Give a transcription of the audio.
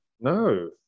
No